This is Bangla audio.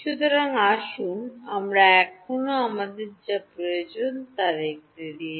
সুতরাং আসুন আমরা এখনও আমাদের যা প্রয়োজন তা দেখতে দিন